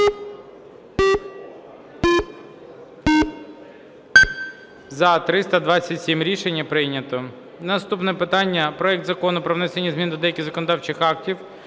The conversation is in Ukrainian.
За-327 Рішення прийнято. Наступне питання – проект Закону про внесення змін до деяких законодавчих актів